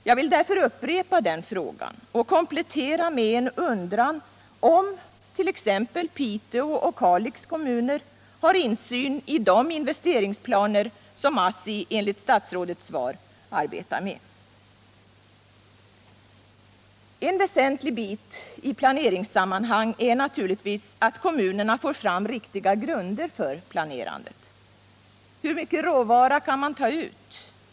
Jag vill därför upprepa den frågan och komplettera med en undran om t.ex. Piteå och Kalix kommuner har insyn i de investeringsplaner som ASSI enligt statsrådets svar arbetar med. En väsentlig bit i planeringssammanhang är naturligtvis att kommunerna får fram riktiga grunder för planerandet. Hur mycket råvara kan man ta ut?